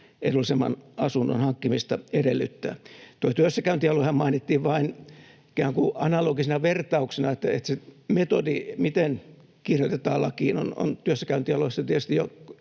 edullisemman asunnon hankkimista edellyttää. Tuo työssäkäyntialuehan mainittiin vain ikään kuin analogisena vertauksena. Se metodi, miten kirjoitetaan lakiin, on työssäkäyntialueessa tietysti jo